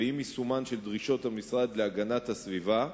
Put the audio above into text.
ועם יישומן של דרישות המשרד להגנת הסביבה,